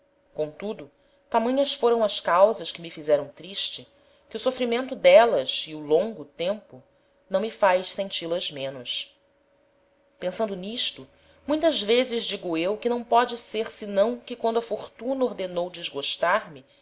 comtudo tamanhas foram as causas que me fizeram triste que o sofrimento d'élas e o longo tempo não me faz sentil as menos pensando n'isto muitas vezes digo eu que não póde ser senão que quando a fortuna ordenou desgostar me